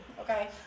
Okay